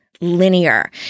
linear